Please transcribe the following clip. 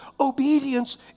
obedience